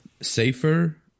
safer